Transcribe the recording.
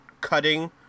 cutting